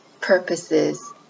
purposes